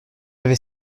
avait